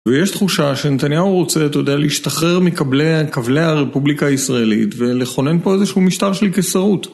ויש תחושה שנתניהו רוצה, אתה יודע, להשתחרר מכבלי הרפובליקה הישראלית ולכונן פה איזשהו משטר שי קיסרות.